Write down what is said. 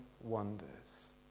wonders